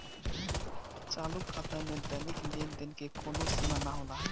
चालू खाता में दैनिक लेनदेन के कवनो सीमा ना होला